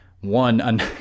one